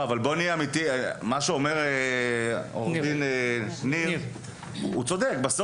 עו"ד ניר צודק במה שהוא אומר.